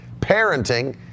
parenting